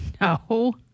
No